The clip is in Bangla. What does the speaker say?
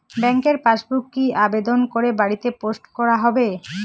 ব্যাংকের পাসবুক কি আবেদন করে বাড়িতে পোস্ট করা হবে?